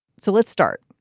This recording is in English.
so let's start.